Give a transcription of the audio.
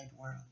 world